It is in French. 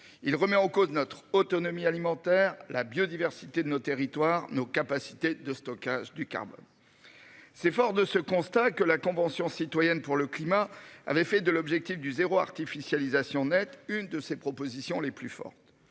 Il remet en cause notre autonomie alimentaire la biodiversité de nos territoires. Nos capacités de stockage du carbone. C'est fort de ce constat que la Convention citoyenne pour le climat avait fait de l'objectif du zéro artificialisation nette une de ses propositions les plus fortes.